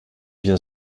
bien